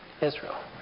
Israel